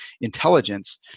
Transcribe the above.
intelligence